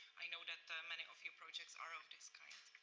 i know that many of your projects are of this kind.